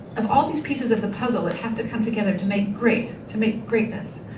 and all these pieces of the puzzle that have to come together to make great, to make greatness,